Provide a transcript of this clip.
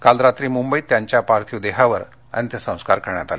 काल रात्री मुंबईत त्यांच्या पार्थिव देहावर अंत्यसंस्कार करण्यात आले